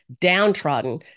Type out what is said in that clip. downtrodden